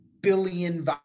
billion